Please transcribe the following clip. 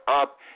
up